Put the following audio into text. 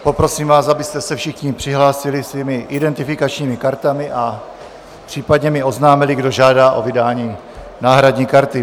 Poprosím vás, abyste se všichni přihlásili svými identifikačními kartami a případně mi oznámili, kdo žádá o vydání náhradní karty.